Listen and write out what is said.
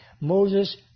Moses